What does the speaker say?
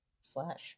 Slash